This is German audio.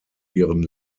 ihren